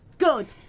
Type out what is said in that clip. good,